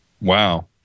wow